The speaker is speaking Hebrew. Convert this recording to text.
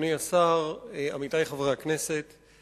אדוני השר, עמיתי חברי הכנסת,